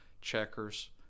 checkers